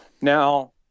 Now